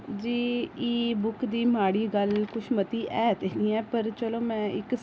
जी e book दी माड़ी गल्ल कुछ मती ऐ ते नेईं ऐ पर चलो में इक